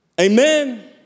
Amen